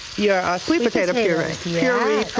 your sweet potato puree.